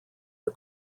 are